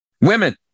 Women